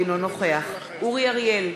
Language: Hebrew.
אינו נוכח אורי אריאל,